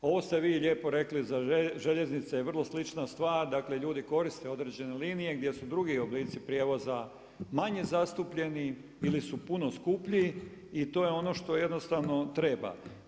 Ovo ste vi lijepo rekli za željeznice je vrlo slična stvar dakle ljudi koriste određene linije gdje su drugi oblici prijevoza manje zastupljeni ili su puno skuplji i to je ono što jednostavno treba.